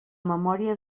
memòria